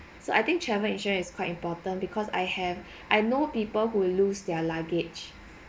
so I think travel insurance is quite important because I have I know people who lose their luggage